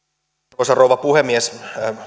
arvoisa rouva puhemies